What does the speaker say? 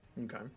Okay